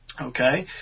Okay